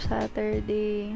Saturday